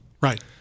right